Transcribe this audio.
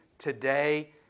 today